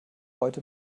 heute